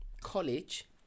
college